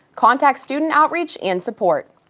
contact student outreach and support.